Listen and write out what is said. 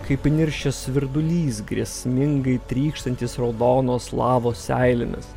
kaip įniršęs virdulys grėsmingai trykštantis raudonos lavos seilėmis